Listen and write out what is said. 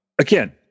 Again